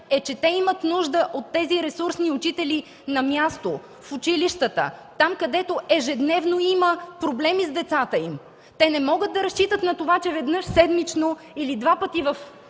е, че те имат нужда от ресурсните учители на място, в училищата – там, където ежедневно има проблеми с децата им. Те не могат да разчитат на това, че веднъж седмично или два пъти в